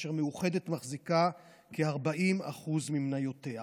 ומאוחדת מחזיקה כ-40% ממניותיה.